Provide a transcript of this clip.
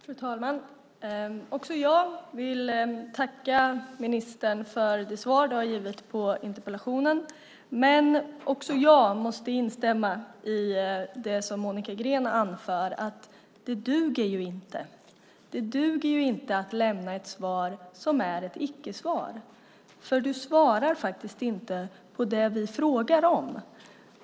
Fru talman! Också jag vill tacka ministern för svaret på interpellationen. Men jag måste också instämma i det som Monica Green anför, att det inte duger att lämna ett svar som är ett icke-svar, för du svarar faktiskt inte på det vi frågar om.